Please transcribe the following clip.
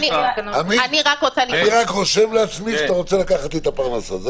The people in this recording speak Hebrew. אני רק רושם לעצמי שאתה רוצה לקחת לי את הפרנסה.